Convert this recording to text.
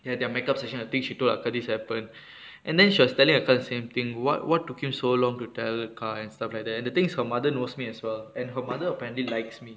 they had their makeup session I think she told அக்கா:akka this happened and then she was telling அக்கா:akka the same thing [what] what took him so long to tell அக்கா:akka and stuff like that and the thing is her mother knows me as well and her mother apparently likes me